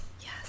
Yes